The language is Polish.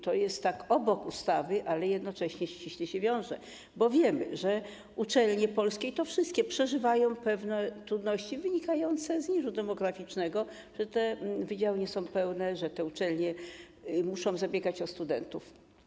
To jest tak obok ustawy, ale jednocześnie ściśle się wiąże, bo wiemy, że uczelnie polskie, i to wszystkie, przeżywają pewne trudności wynikające z niżu demograficznego, że te wydziały nie są pełne, że uczelnie muszą zabiegać o studentów.